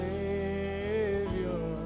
Savior